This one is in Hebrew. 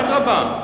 אדרבה.